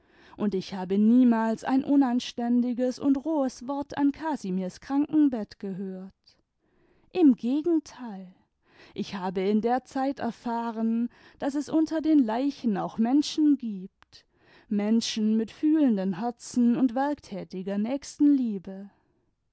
und ich habe niemals ein unanständiges und rohes wort an casimirs krankenbett gehört im gegenteil ich habe in der zeit erfahren daß es unter den leichen auch menschen gibt menschen mit fühlenden herzen und werktätiger nächstenliebe